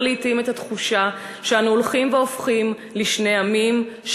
לעתים את התחושה שאנו הולכים והופכים לשני עמים,